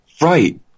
Right